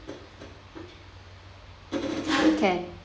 can